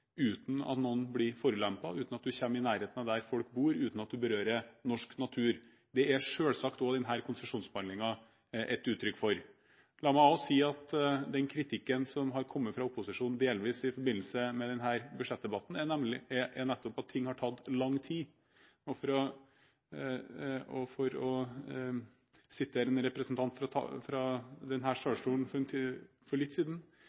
uten at noen blir forulempet, uten at man kommer i nærheten av der folk bor og uten at man berører norsk natur. Det er selvsagt også denne konsesjonsbehandlingen et uttrykk for. Den kritikken som har kommet fra opposisjonen, delvis i forbindelse med denne budsjettdebatten, er nettopp at ting har tatt lang tid. For å referere til en representant fra denne talerstolen for litt siden: